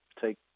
take